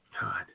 God